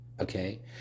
okay